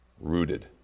rooted